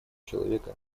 человека